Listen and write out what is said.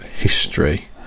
history